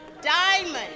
Diamond